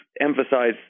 emphasize